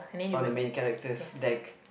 from the main character's deck